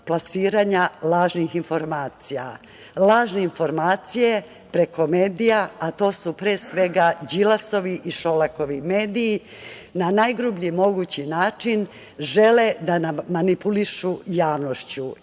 plasiranja lažnih informacija. Lažne informacije preko medija, a to su pre svega Đilasovi i Šolakovi mediji, na najgrublji mogući način žele da manipulišu javnošću.